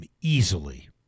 easily